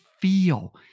feel